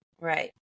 Right